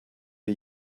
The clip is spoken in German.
wir